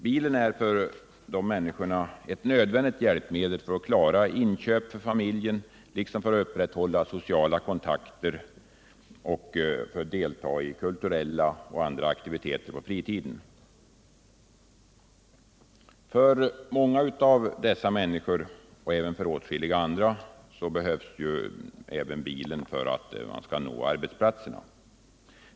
Bilen är för de människorna ett nödvändigt hjälpmedel för att klara inköp för familjen liksom för att upprätthålla sociala kontakter och för att delta i kulturella och andra aktiviteter på fritiden. För många av dessa människor och även för åtskilliga andra behövs bilen också för att man skall kunna nå arbetsplatsen.